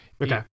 Okay